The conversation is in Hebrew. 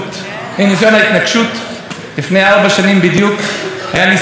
על רקע פעילותי למען ירושלים ולמען הר הבית.